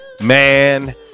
man